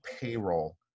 payroll